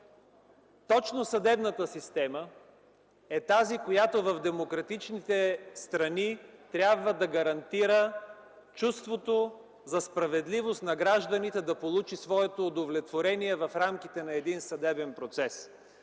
Точно съдебната система е тази, която в демократичните страни трябва да гарантира чувството за справедливост на гражданите, да получи своето удовлетворение в рамките на един съдебен процес.